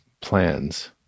plans